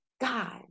God